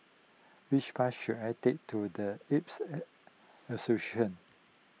which bus should I take to the Arabs Association